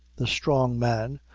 the strong man,